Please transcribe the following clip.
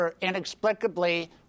inexplicably